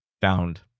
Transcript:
found